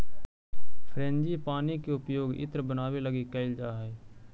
frangipani के उपयोग इत्र बनावे लगी कैइल जा हई